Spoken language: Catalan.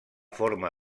forma